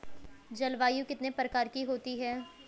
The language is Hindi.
जलवायु कितने प्रकार की होती हैं?